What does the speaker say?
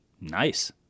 Nice